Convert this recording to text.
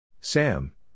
Sam